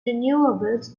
renewables